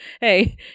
Hey